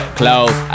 close